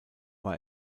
war